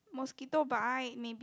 mosquito bite maybe